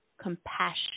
Compassion